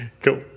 cool